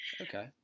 Okay